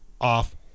off